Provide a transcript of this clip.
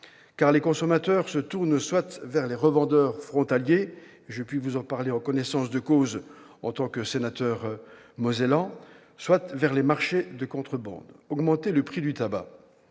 Les consommateurs, en effet, se tournent soit vers les revendeurs frontaliers- je puis vous en parler en connaissance de cause, en tant que sénateur mosellan -, soit vers les marchés de contrebande. Augmenter le prix du tabac